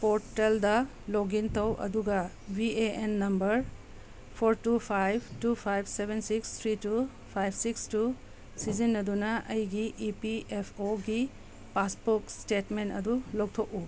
ꯄꯣꯔꯇꯦꯜꯗ ꯂꯣꯒꯏꯟ ꯇꯧ ꯑꯗꯨꯒ V A N number four two five two five seven six three two five six two ꯁꯤꯖꯤꯟꯅꯗꯨꯅ ꯑꯩꯒꯤ E P F ꯑꯣꯒꯤ passbook statement ꯑꯗꯨ ꯂꯧꯊꯣꯛꯎ